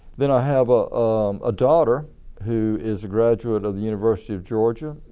then i have ah um a daughter who is a graduate of the university of georgia,